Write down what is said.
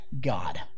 god